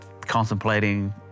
contemplating